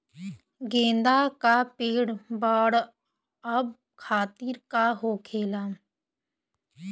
गेंदा का पेड़ बढ़अब खातिर का होखेला?